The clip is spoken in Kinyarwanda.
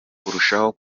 kurushaho